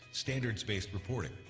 standards-based reporting,